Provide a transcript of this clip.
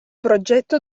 progetto